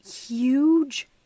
huge